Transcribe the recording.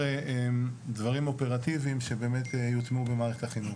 דברים אופרטיביים שיוטמעו במערכת החינוך.